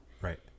Right